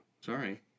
Sorry